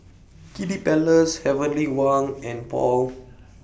Kiddy Palace Heavenly Wang and Paul